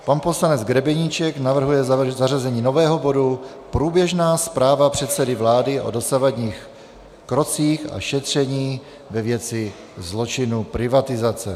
Pan poslanec Grebeníček navrhuje zařazení nového bodu Průběžná zpráva předsedy vlády o dosavadních krocích a šetření ve věci zločinů privatizace.